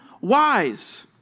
wise